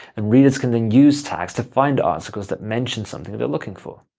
and readers can then use tags to find articles that mention something they're looking for.